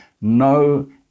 no